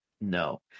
no